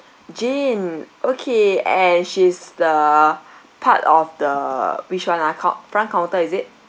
jane okay and she's the part of the which one ah called front counter is it